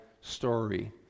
story